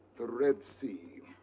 the red sea.